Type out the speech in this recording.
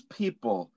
people